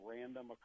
random